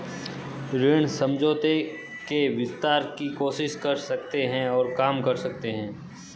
ऋण समझौते के विस्तार की कोशिश कर सकते हैं और काम कर सकते हैं